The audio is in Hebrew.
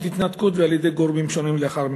ההתנתקות ועל-ידי גורמים שונים לאחר מכן.